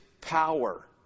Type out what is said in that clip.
power